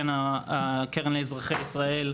הקרן לאזרחי ישראל,